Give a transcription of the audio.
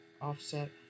Offset